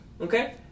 okay